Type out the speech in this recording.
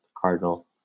Cardinal